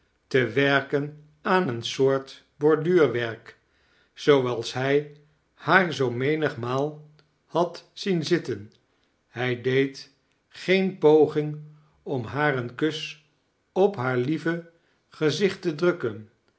te werken aan een soort borduurwerk zooals hij haar zoo menig menigmaal had zien zitten hij deed geen poging om haar een kus op haar lieve gezicht te drukken